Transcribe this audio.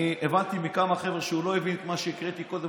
הבנתי מכמה חבר'ה שהוא לא הבין את מה שהקראתי קודם,